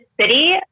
city